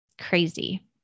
Crazy